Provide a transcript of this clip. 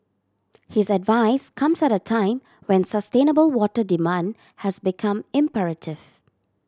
his advice comes at a time when sustainable water demand has become imperative